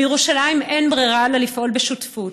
בירושלים אין ברירה אלא לפעול בשותפות.